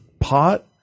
pot